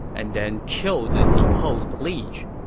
and then killed the deposed liege.